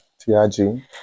T-I-G